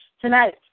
tonight